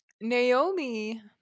Naomi